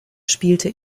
spielte